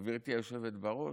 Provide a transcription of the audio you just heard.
גברתי היושבת בראש,